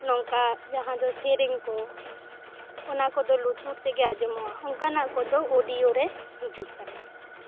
ᱱᱚᱝᱠᱟ ᱡᱟᱦᱟ ᱫᱚ ᱥᱮᱨᱮᱧ ᱠᱚ ᱚᱱᱟ ᱠᱚᱫᱚ ᱞᱩᱛᱩᱨ ᱛᱮᱜᱮ ᱟᱸᱡᱚᱢᱚᱜ ᱟ ᱚᱱᱠᱟᱱᱟᱜ ᱫᱚ ᱚᱰᱤᱭᱚ ᱨᱮᱜᱮ ᱦᱟᱹᱡᱩᱜ ᱠᱟᱱᱟ